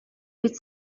бид